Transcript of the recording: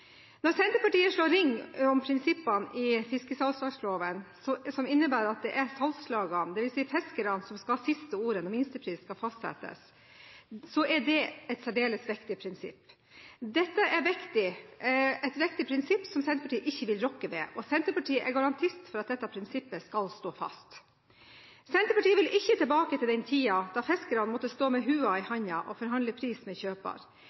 Når Senterpartiet slår ring om prinsippet i fiskesalgslagsloven som innebærer at det er salgslagene, dvs. fiskerne, som skal ha siste ordet når minstepris skal fastsettes, er det fordi det er et særdeles viktig prinsipp. Dette er et viktig prinsipp som Senterpartiet ikke vil rokke ved. Senterpartiet er garantist for at dette prinsippet skal stå fast. Senterpartiet vil ikke tilbake til den tiden da fiskerne måtte stå med hua i hånden og forhandle pris med kjøper.